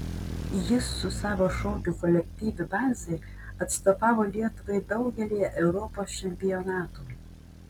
jis su savo šokių kolektyvu banzai atstovavo lietuvai daugelyje europos čempionatų